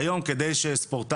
והיום כדי שספורטאי,